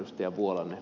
vuolanne